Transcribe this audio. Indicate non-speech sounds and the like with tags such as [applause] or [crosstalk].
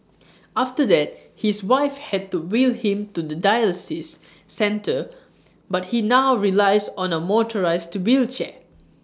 [noise] after that his wife had to wheel him to the dialysis centre but he now relies on A motorised wheelchair [noise]